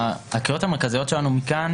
הקריאות המרכזיות שלנו מכאן